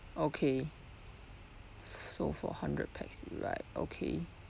okay so for hundred pax right okay